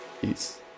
peace